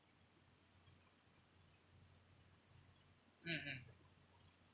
mm mm